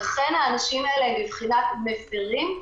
לכן, האנשים האלה הם בבחינת מפרים.